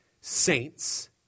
saints